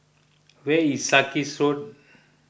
where is Sarkies Road